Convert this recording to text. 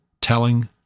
telling